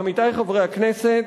עמיתי חברי הכנסת,